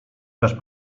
też